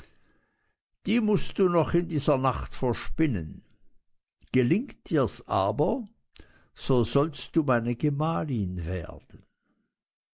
die mußt du noch in dieser nacht verspinnen gelingt dirs aber so sollst du meine gemahlin werden